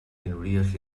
minories